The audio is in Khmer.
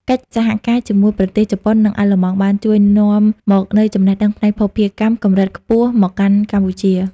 កិច្ចសហការជាមួយប្រទេសជប៉ុន និងអាល្លឺម៉ង់ បានជួយនាំមកនូវ "ចំណេះដឹងផ្នែកភស្តុភារកម្ម" កម្រិតខ្ពស់មកកាន់កម្ពុជា។